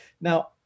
Now